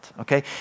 okay